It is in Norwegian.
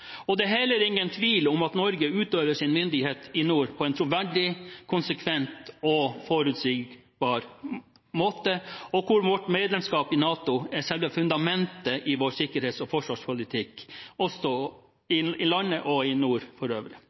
Det er heller ingen tvil om at Norge utøver sin myndighet i nord på en troverdig, konsekvent og forutsigbar måte. Vårt medlemskap i NATO er selve fundamentet i vår sikkerhets- og forsvarspolitikk – i nord og i landet for øvrig.